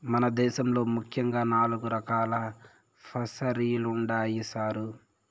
మన దేశంలో ముఖ్యంగా నాలుగు రకాలు ఫిసరీలుండాయి సారు